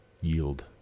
yield